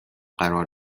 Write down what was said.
قرار